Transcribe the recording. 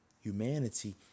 Humanity